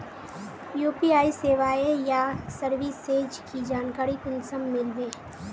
UPI सेवाएँ या services की जानकारी कुंसम मिलबे?